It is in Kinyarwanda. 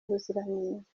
ubuziranenge